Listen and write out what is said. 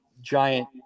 giant